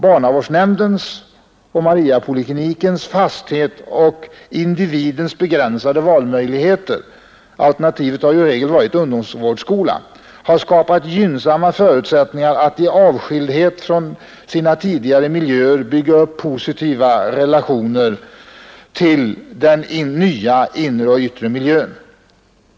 Barnavårdsnämndens fasthet och individens begränsade valmöjligheter har skapat gynnsamma förutsättningar att i avskildhet från sina tidigare miljöer bygga upp positiva känslorelationer till den nya inre och yttre miljön.